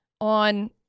on